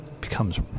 becomes